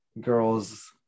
girls